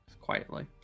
Quietly